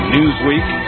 Newsweek